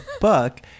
book